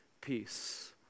peace